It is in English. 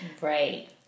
right